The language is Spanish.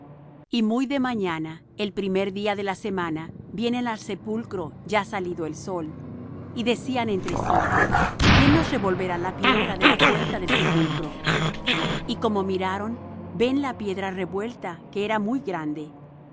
y muy de mañana el primer día de la semana vienen al sepulcro ya salido el sol y decían entre sí quién nos revolverá la piedra de la puerta del sepulcro y como miraron ven la piedra revuelta que era muy grande